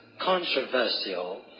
controversial